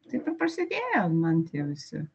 taip ir prasidėjo man tie visi